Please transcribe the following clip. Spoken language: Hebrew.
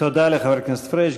תודה לחבר הכנסת פריג'.